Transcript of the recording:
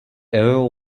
arrow